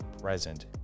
present